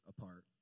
apart